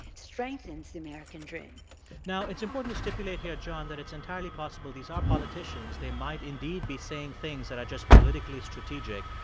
strengthens the american dream now, it's important to stipulate here, john, that it's entirely possible these are politicians. they might indeed be saying things that are just politically strategic.